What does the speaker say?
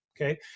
okay